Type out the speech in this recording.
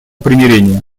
примирения